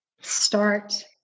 start